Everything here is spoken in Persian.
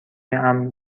امن